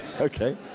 Okay